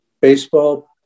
baseball